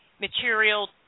material